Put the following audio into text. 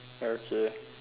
okay